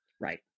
Right